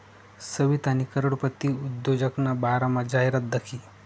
सवितानी करोडपती उद्योजकना बारामा जाहिरात दखी